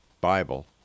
Bible